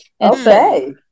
okay